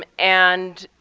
um and